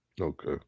Okay